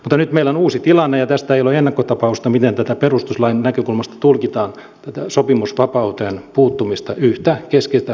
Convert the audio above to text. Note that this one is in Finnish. mutta nyt meillä on uusi tilanne ja tästä ei ole ennakkotapausta miten perustuslain näkökulmasta tulkitaan tätä sopimusvapauteen puuttumista yhteen keskeiseen perusoikeuteen